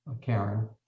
Karen